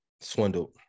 swindled